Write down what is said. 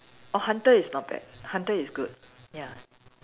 oh hunter is not bad hunter is good ya